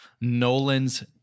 Nolan's